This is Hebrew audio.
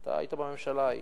אתה היית בממשלה ההיא.